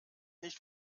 nicht